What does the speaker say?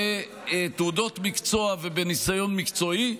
בתעודות מקצוע ובניסיון מקצועי,